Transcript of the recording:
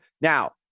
Now